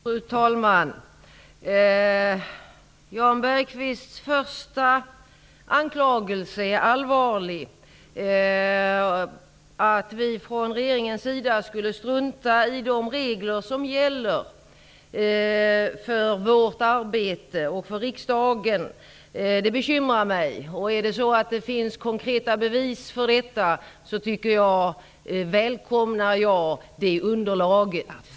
Fru talman! Jan Bergqvists första anklagelse är allvarlig, nämligen att vi från regeringens sida skulle strunta i de regler som gäller för vårt arbete och för riksdagen. Det bekymrar mig. Om det finns konkreta bevis för detta, välkomnar jag ett sådant underlag.